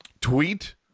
tweet